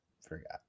forgot